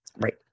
Right